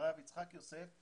הרב יצחק יוסף,